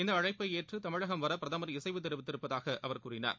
இந்த அழைப்பை எற்று தமிழகம் வர பிரதமர் இசைவு தெரிவித்திருப்பதாக அவர் கூறினார்